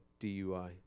DUI